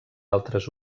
altres